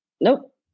nope